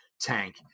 tank